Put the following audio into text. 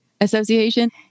Association